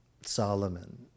Solomon